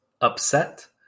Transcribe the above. upset